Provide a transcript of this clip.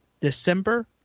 December